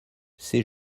ses